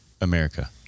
America